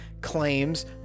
claims